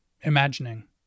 Imagining